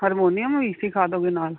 harmonium ਵੀ ਸਿਖਾ ਦੇਵੋਗੇ ਨਾਲ